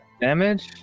damage